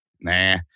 Nah